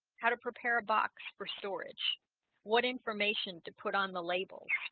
how to prepare a box for storage what information to put on the label